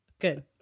Good